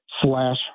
slash